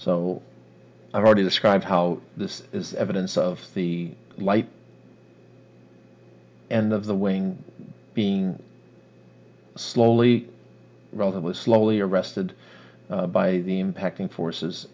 so i've already described how this is evidence of the light end of the wing being slowly relatively slowly arrested by the impacting forces